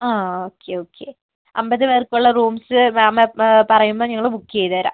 ആ okay okay അമ്പത് പേർക്കുള്ള റൂംസ് മാം പറയുമ്പോൾ ഞങ്ങള് ബുക്ക് ചെയ്ത് തരാം